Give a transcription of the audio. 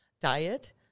diet